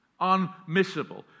Unmissable